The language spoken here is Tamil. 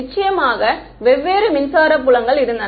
நிச்சயமாக வெவ்வேறு மின்சார புலங்கள் இருந்தன